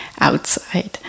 outside